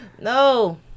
No